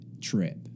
trip